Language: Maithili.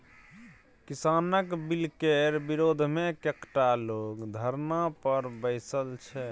किसानक बिलकेर विरोधमे कैकटा लोग धरना पर बैसल छै